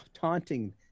taunting